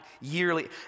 yearly